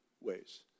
ways